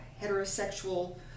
heterosexual